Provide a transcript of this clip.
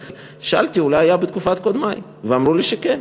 שאלתי: אולי היה בתקופת קודמי, ואמרו לי שכן.